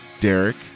Derek